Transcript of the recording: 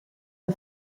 the